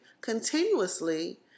continuously